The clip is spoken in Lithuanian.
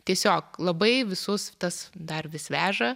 tiesiog labai visus tas dar vis veža